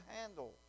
handle